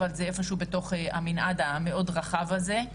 אבל זה איפשהו בתוך המנעד המאוד רחב הזה.